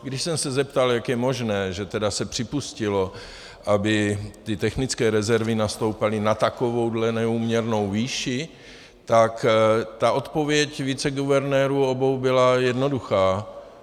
Když jsem se zeptal, jak je možné, že tedy se připustilo, aby ty technické rezervy nastoupaly na takovouhle neúměrnou výši, tak ta odpověď viceguvernérů, obou, byla jednoduchá.